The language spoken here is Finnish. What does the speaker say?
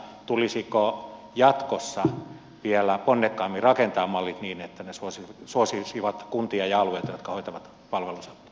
tulisiko jatkossa vielä ponnekkaammin rakentaa mallit niin että ne suosisivat kuntia ja alueita jotka hoitavat palvelunsa kustannustehokkaasti